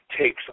takes